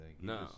No